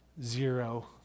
Zero